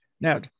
now